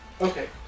okay